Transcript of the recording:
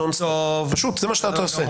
זה מה שאתה עושה.